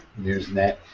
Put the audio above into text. newsnet